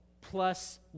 plus